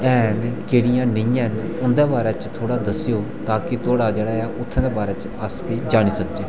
हैन केह्डियां नेईं हैन उंदे बारे च थोह्ड़ा दस्सेओ ताकि थुआढ़ा जेह्ड़ा ए उत्थें दे बारे च अस बी जानी सकचै